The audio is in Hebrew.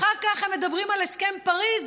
אחר כך הם מדברים על הסכם פריז,